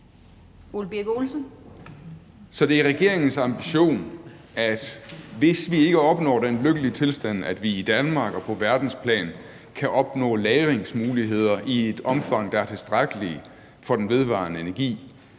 Så det er regeringens ambition, at hvis vi ikke opnår den lykkelige tilstand, at vi i Danmark og på verdensplan kan opnå lagringsmuligheder i et omfang, der er tilstrækkeligt, for den vedvarende energi,